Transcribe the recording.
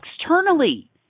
externally